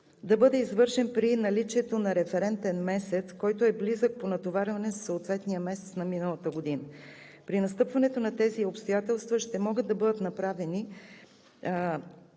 да бъде извършен при наличието на референтен месец, който е близък по натоварване със съответния месец на миналата година. При настъпването на тези обстоятелства ще могат да се отчетат